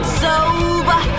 sober